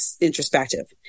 introspective